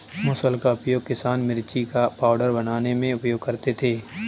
मुसल का उपयोग किसान मिर्ची का पाउडर बनाने में उपयोग करते थे